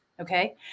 okay